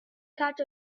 catch